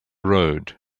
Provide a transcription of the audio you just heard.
road